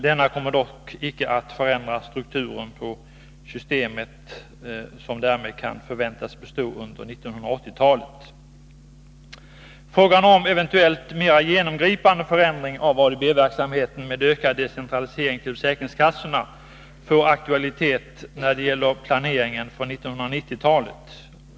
Denna kommer dock inte att förändra strukturen på ADB systemet, som därmed kan förväntas bestå under 1980-talet. Frågan om en eventuellt mera genomgripande förändring av ADB verksamheten med ökad decentralisering till försäkringskassorna får aktua litet när det gäller planeringen för 1990-talet.